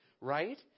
right